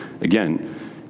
Again